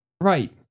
Right